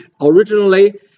originally